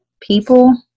people